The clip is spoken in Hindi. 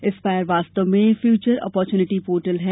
एस्पायर वास्तव में फ्यूचर अपोर्च्निटी पोर्टल है